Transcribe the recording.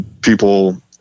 people